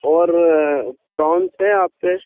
اور پاؤنس ہے آپ پہ